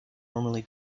normally